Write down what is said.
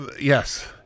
Yes